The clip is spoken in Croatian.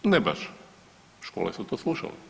Ne baš, škole su to slušale.